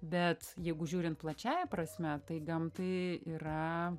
bet jeigu žiūrint plačiąja prasme tai gamtai yra